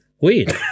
Weird